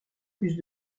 plus